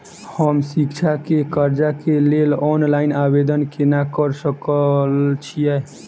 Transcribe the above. हम शिक्षा केँ कर्जा केँ लेल ऑनलाइन आवेदन केना करऽ सकल छीयै?